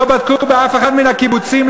לא בדקו באף אחד מן הקיבוצים,